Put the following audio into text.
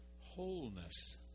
wholeness